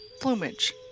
plumage